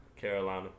Carolina